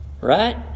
right